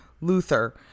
luther